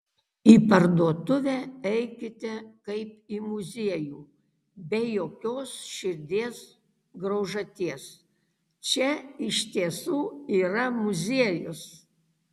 į parduotuvę eikite kaip į muziejų be jokios širdies graužaties čia iš tiesų yra muziejus